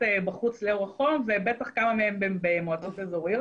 בחוץ לאור החום ובטח כמה מהן במועצות אזוריות,